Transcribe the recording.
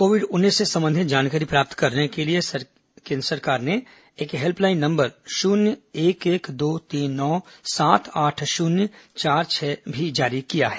Covid उन्नीस से संबंधित जानकारी प्राप्त करने के लिए केन्द्र सरकार ने एक हेल्पलाइन नम्बर शून्य एक एक दो तीन नौ सात आठ शून्य चार छह भी जारी किया है